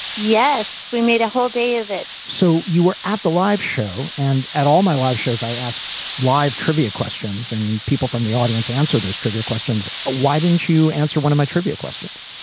yes, we made a whole day of it so you were at the live show and at all? my live shows, i ask live trivia questions and people from the audience answer those trivia questions. why didn't you answer one of my trivia questions?